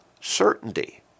certainty